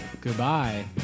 Goodbye